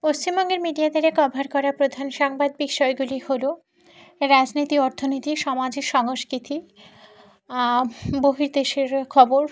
পশ্চিমবঙ্গের মিডিয়াতে কভার করা প্রধান সংবাদ বিষয়গুলি হলো রাজনীতি অর্থনীতি সমাজের সংস্কৃতি বহির্দেশের খবর